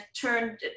turned